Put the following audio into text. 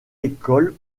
école